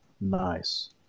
nice